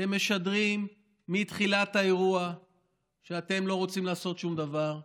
אתם משדרים מתחילת האירוע שאתם לא רוצים לעשות שום דבר,